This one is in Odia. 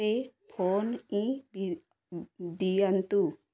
ସେ ଫୋନ ଇ ଦିଅନ୍ତୁ